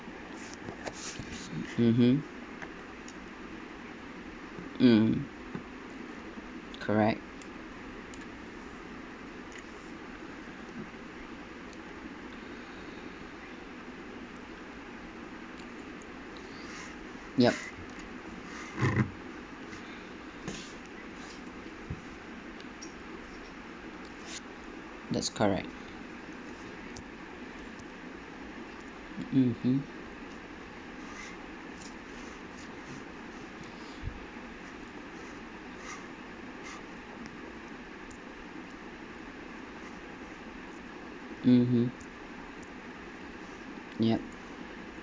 mmhmm mm correct yup that's correct mmhmm mmhmm ya